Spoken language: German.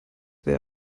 wäre